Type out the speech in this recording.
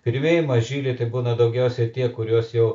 pirmieji mažyliai tai būna daugiausiai tie kuriuos jau